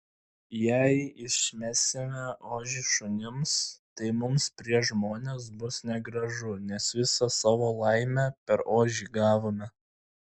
jei išmesime ožį šunims tai mums prieš žmones bus negražu nes visą savo laimę per ožį gavome